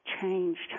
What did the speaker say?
changed